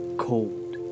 Cold